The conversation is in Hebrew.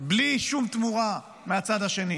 בלי שום תמורה מהצד השני,